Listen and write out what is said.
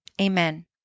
amen